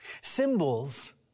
Symbols